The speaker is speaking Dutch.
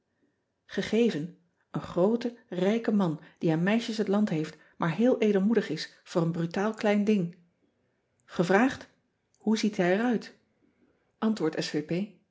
egeven en groote rijke man die aan meisjes het land heeft maar heel edelmoedig is voor een brutaal klein ding evraagd oe ziet hij er uit ntwoord